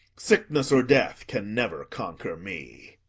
sickness or death can never conquer me.